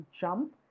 jump